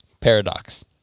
paradox